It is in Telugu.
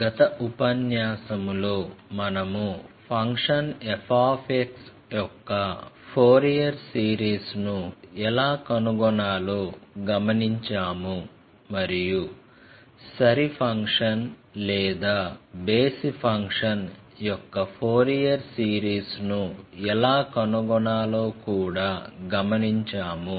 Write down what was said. గత ఉపన్యాసంలో మనము ఫంక్షన్ f యొక్క ఫోరియర్ సిరీస్ ను ఎలా కనుగొనాలో గమనించాము మరియు సరి ఫంక్షన్ లేదా బేసి ఫంక్షన్ యొక్క ఫోరియర్ సిరీస్ను ఎలా కనుగొనాలో కూడా గమనించాము